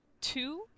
two